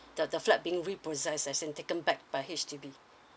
the the flat being repossessed as in taken back by H_D_B